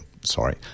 sorry